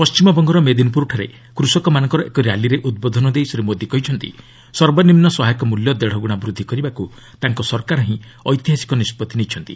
ପଣ୍ଢିମବଙ୍ଗର ମେଦିନିପୁରଠାରେ କୃଷକମାନଙ୍କର ଏକ ର୍ୟାଲିରେ ଉଦ୍ବୋଧନ ଦେଇ ଶ୍ରୀ ମୋଦି କହିଛନ୍ତି ସର୍ବନିମ୍ନ ସହାୟକ ମୂଲ୍ୟ ଦେଢ଼ଗୁଣା ବୃଦ୍ଧି କରିବାକୁ ତାଙ୍କ ସରକାର ହିଁ ଐତିହାସିକ ନିଷ୍ପଭି ନେଇଛନ୍ତି